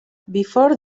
before